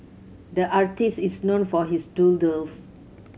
the artist is known for his doodles